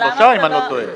שלושה, אם אני לא טועה.